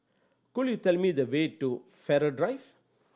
could you tell me the way to Farrer Drive